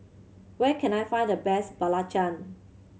where can I find the best belacan